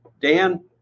Dan